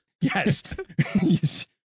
Yes